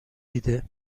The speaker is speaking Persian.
دیده